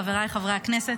חבריי חברי הכנסת,